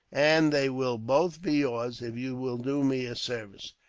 and they will both be yours, if you will do me a service.